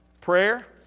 Prayer